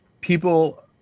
people